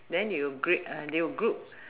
then you grade ah they will group